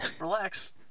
relax